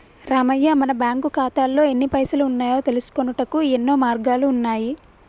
రామయ్య మన బ్యాంకు ఖాతాల్లో ఎన్ని పైసలు ఉన్నాయో తెలుసుకొనుటకు యెన్నో మార్గాలు ఉన్నాయి